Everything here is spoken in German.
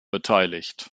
beteiligt